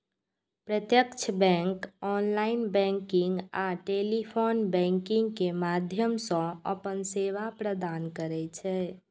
प्रत्यक्ष bank online banking आ telephone banking के माध्यम सं अपन सेवा प्रदान करै छै